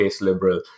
liberal